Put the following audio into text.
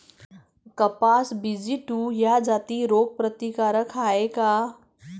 कपास BG two ह्या जाती रोग प्रतिकारक हाये का?